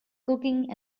cooking